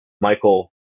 Michael